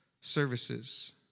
services